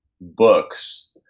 books